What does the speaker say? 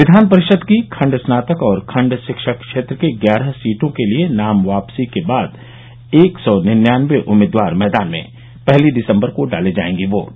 विघान परिषद की खंड स्नातक और खंड शिक्षक क्षेत्र की ग्यारह सीटों के लिये नाम वापसी के बाद एक सौ निनयांनवे उम्मीदवार मैदान में पहली दिसम्बर को डाले जायेंगे वोट